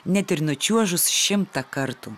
net ir nučiuožus šimtą kartų